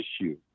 issue